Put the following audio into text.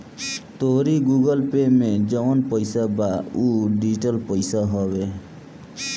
तोहरी Google Pay में जवन पईसा बा उ डिजिटल पईसा हवे